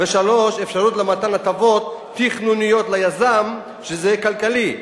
3. אפשרות למתן הטבות תכנוניות ליזם שזה יהיה כלכלי,